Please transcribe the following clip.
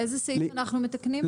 איזה סעיף אנחנו מתקנים?